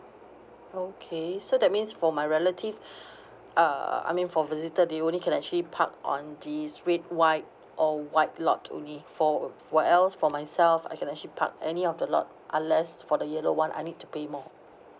okay so that means for my relative uh I mean for visitor they only can actually park on these red white or white lot only for what else for myself I can actually park any of the lot unless for the yellow one I need to pay more